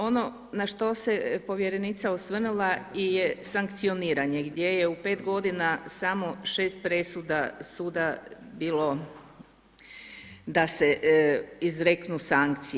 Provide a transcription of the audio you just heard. Ono na što se povjerenica osvrnula je sankcioniranje, gdje je u 5 g. samo 6 presuda suda bilo da se izreknu sankcije.